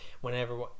whenever